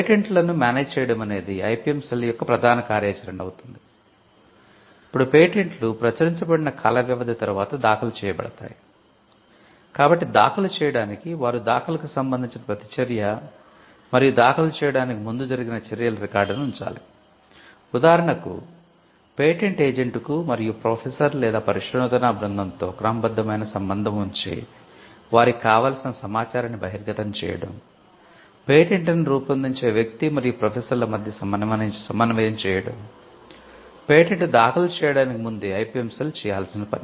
patent లను manage చేయడమనేది IPM cell చేయాల్సిన పని